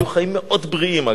אגב, היו חיים מאוד בריאים.